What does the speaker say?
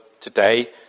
today